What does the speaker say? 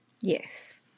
Yes